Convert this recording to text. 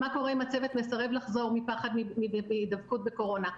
מה קורה אם הצוות מסרב לחזור מפחד מהידבקות בקורונה,